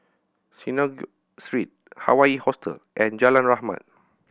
Synagogue Street Hawaii Hostel and Jalan Rahmat